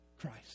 Christ